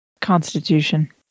Constitution